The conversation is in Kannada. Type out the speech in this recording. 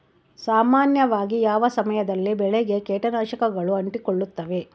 ಸಾಮಾನ್ಯವಾಗಿ ಯಾವ ಸಮಯದಲ್ಲಿ ಬೆಳೆಗೆ ಕೇಟನಾಶಕಗಳು ಅಂಟಿಕೊಳ್ಳುತ್ತವೆ?